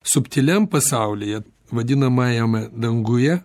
subtiliam pasaulyje vadinamajame danguje